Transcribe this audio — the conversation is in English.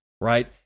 right